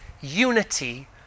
unity